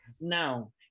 Now